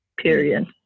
period